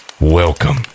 Welcome